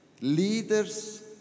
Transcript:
Leaders